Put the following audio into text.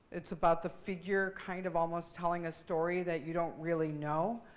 it's about the figure kind of almost telling a story that you don't really know.